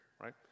right